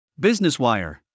BusinessWire